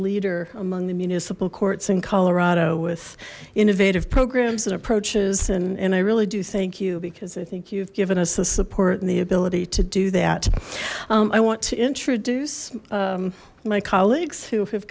leader among the municipal courts in colorado with innovative programs that approaches and and i really do thank you because i think you've given us the support and the ability to do that i want to introduce my colleagues who have